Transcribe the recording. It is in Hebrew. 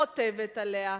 כותבת עליה,